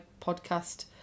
podcast